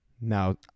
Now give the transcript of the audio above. Now